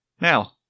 Now